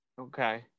Okay